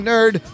Nerd